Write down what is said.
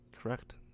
Correct